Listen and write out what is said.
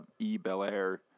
eBelair